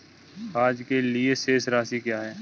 आज के लिए शेष राशि क्या है?